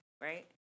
right